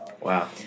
Wow